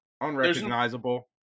unrecognizable